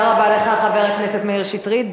תודה רבה, חבר הכנסת מאיר שטרית.